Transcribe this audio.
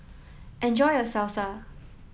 enjoy your Salsa